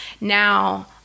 Now